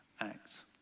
act